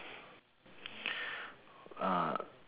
ah